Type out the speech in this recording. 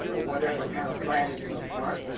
ah whatever kind of plan is in the front.